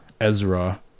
Ezra